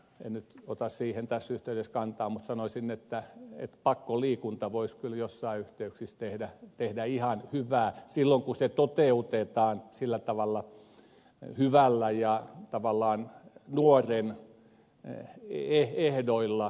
en nyt ota siihen tässä yhteydessä kantaa mutta sanoisin että pakkoliikunta voisi kyllä joissain yhteyksissä tehdä ihan hyvää silloin kun se toteutetaan sillä tavalla hyvällä ja tavallaan nuoren ehdoilla